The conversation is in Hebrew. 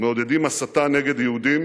מעודדים הסתה נגד יהודים,